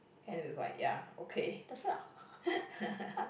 end with white ya okay